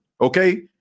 okay